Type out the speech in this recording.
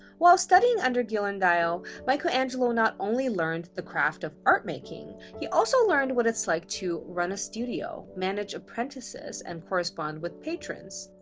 while studying under ghirlandaio, michelangelo not only learned the craft of art making, he also learned what it's like to run a studio, manage apprentices and correspond with patrons.